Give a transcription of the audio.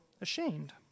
ashamed